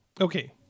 Okay